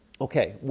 okay